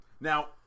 Now